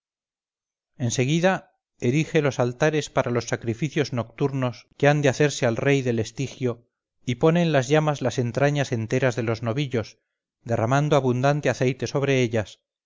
seguida erige los altares para los sacrificios nocturnos que han de hacerse al rey del estigio y pone en las llamas las entrañas enteras de los novillos derramando abundante aceite sobre ellas